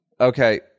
Okay